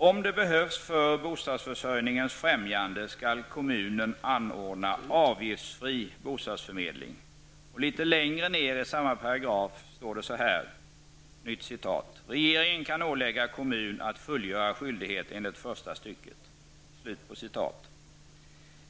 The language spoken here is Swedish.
''Om det behövs för bostadsförsörjningens främjande skall kommunen anordna avgiftsfri bostadsförmedling.'' - -''Regeringen kan ålägga kommun att fullgöra skyldighet enligt första stycket''.